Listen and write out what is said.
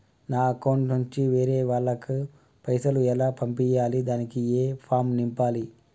నా అకౌంట్ నుంచి వేరే వాళ్ళకు పైసలు ఎలా పంపియ్యాలి దానికి ఏ ఫామ్ నింపాలి?